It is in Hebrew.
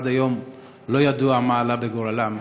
ועד היום לא ידוע מה עלה בגורלם,